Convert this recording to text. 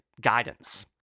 guidance